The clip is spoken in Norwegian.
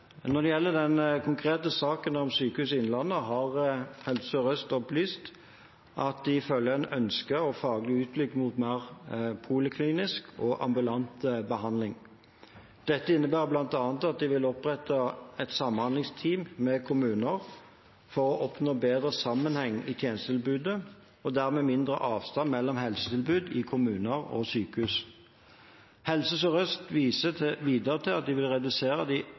Når det gjelder den konkrete saken om Sykehuset Innlandet, har Helse Sør-Øst opplyst at de følger en ønsket og faglig utvikling mot mer poliklinisk og ambulant behandling. Dette innebærer bl.a. at de vil opprette et samhandlingsteam med kommuner for å oppnå bedre sammenheng i tjenestetilbudet – og dermed mindre avstand mellom helsetilbud i kommuner og sykehus. Helse Sør-Øst viser videre til at de vil redusere de